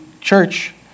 church